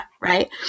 right